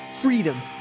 freedom